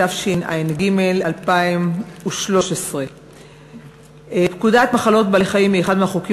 התשע"ג 2013. פקודת מחלות בעלי-חיים היא אחד החוקים